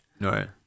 right